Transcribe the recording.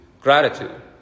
gratitude